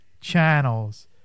channels